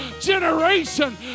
generation